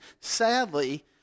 sadly